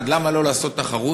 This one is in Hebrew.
אחד, למה לא לעשות תחרות?